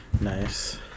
Nice